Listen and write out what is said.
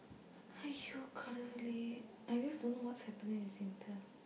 !aiyo! கடவுளே:kadavulee I just don't know what's happening with Singtel